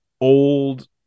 old